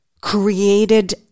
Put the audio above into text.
created